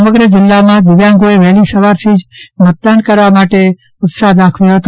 સમગ્ર કચ્છ જિલ્લામાં દિવ્યાંગોએ વહેલી સવારથી જ મતદાન કરવા માટે ઉત્સાફ બતાવ્યો હતો